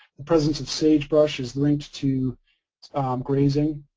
the presence of sagebrush is linked to grazing.